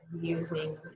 using